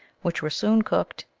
which were soon cooked,